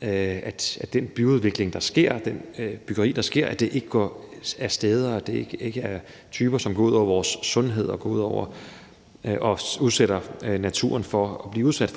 at den byudvikling, der sker, det byggeri, der sker, ikke er steder og ikke er typer, som går ud over vores sundhed og udsætter naturen for